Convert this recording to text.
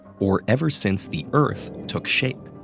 or ever since the earth took shape.